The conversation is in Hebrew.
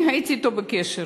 אני הייתי אתו בקשר